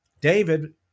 David